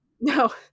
No